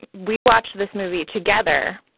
we watched this movie together,